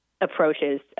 approaches